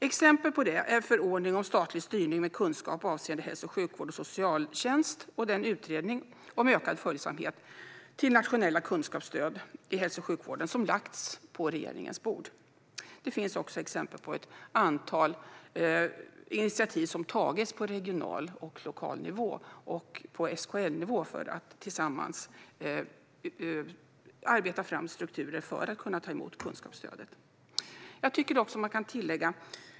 Exempel på detta är förordningen om statlig styrning med kunskap avseende hälso och sjukvård och socialtjänst och den utredning om ökad följsamhet till nationella kunskapsstöd i hälso och sjukvården som lagts på regeringens bord. Det finns också exempel på ett antal initiativ som tagits på regional och lokal nivå samt på SKL-nivå för att tillsammans arbeta fram strukturer för att kunna ta emot kunskapsstödet. Jag tycker också att man kan tillägga något.